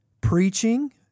preaching